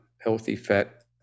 healthy-fat